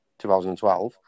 2012